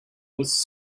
was